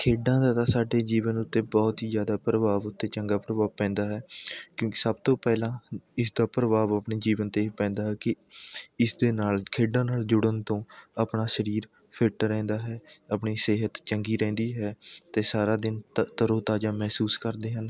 ਖੇਡਾਂ ਦਾ ਤਾਂ ਸਾਡੇ ਜੀਵਨ ਉੱਤੇ ਬਹੁਤ ਹੀ ਜ਼ਿਆਦਾ ਪ੍ਰਭਾਵ ਅਤੇ ਚੰਗਾ ਪ੍ਰਭਾਵ ਪੈਂਦਾ ਹੈ ਕਿਉਂਕਿ ਸਭ ਤੋਂ ਪਹਿਲਾਂ ਇਸ ਦਾ ਪ੍ਰਭਾਵ ਆਪਣੇ ਜੀਵਨ 'ਤੇ ਪੈਂਦਾ ਹੈ ਕਿ ਇਸ ਦੇ ਨਾਲ ਖੇਡਾਂ ਨਾਲ਼ ਜੁੜਨ ਤੋਂ ਆਪਣਾ ਸਰੀਰ ਫਿੱਟ ਰਹਿੰਦਾ ਹੈ ਆਪਣੀ ਸਿਹਤ ਚੰਗੀ ਰਹਿੰਦੀ ਹੈ ਅਤੇ ਸਾਰਾ ਦਿਨ ਤਰੋ ਤਾਜ਼ਾ ਮਹਿਸੂਸ ਕਰਦੇ ਹਨ